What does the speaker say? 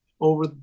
over